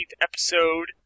episode